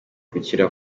gukira